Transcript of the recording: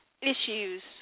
issues